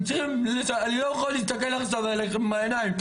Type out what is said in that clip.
אני לא יכול להסתכל עכשיו אליכם בעיניים,